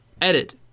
edit